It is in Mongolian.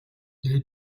дээд